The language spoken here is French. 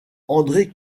andré